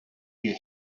you